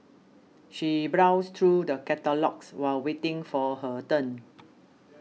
she browsed through the catalogues while waiting for her turn